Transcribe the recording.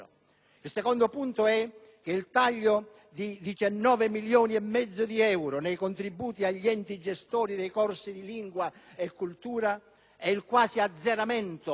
Il secondo punto è che il taglio di 19,5 milioni di euro nei contributi agli enti gestori dei corsi di lingua e cultura e il quasi azzeramento